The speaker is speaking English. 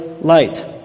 light